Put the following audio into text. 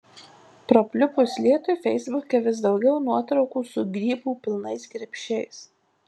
prapliupus lietui feisbuke vis daugiau nuotraukų su grybų pilnais krepšiais